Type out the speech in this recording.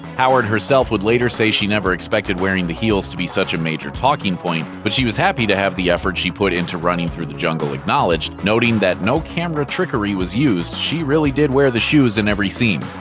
howard herself would later say she never expected wearing the heels to be such a major talking point, but she was happy to have the effort she put into running through the jungle acknowledged, noting that no camera trickery was used she really did wear the shoes in every scene.